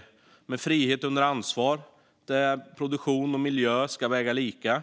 Den innebär frihet under ansvar och att produktion och miljö ska väga lika.